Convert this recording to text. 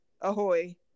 ahoy